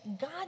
God